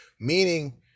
Meaning